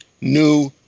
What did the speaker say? new